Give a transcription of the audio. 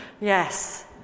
yes